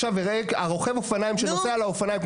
ורוכב האופניים שנוסע על האופניים,